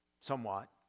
somewhat